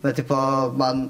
bet tipo man